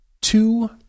two